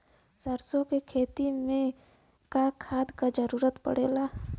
सरसो के खेती में का खाद क जरूरत पड़ेला?